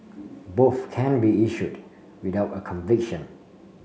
both can be issued without a conviction